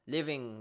Living